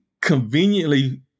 conveniently